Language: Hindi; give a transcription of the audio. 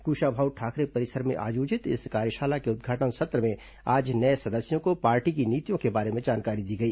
कुशाभाऊ ठाकरे परिसर में आयोजित इस कार्यशाला के उद्घाटन सत्र में आज नये सदस्यों को पार्टी की नीतियों के बारे में जानकारी दी गई